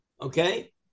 Okay